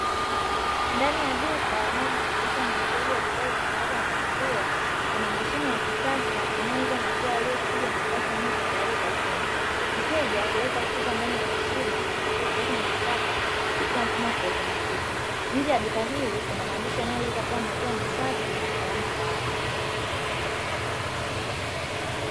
Ndani ya duka linalojishughulisha na uuzaji wa bidhaa zitokanazo na maziwa kuna mashine ya kisasa inayouza maziwa yaliyochujwa na kupashwa moto tayari kwa kunywa. Mteja huweka chupa ndani ya mashine na kulipia kiasi anachotaka kupitia mfumo wa kiautomatiki. Nje ya duka hili kuna maandishi yanayoeleza kua maziwa ni safi na salama kwa afya.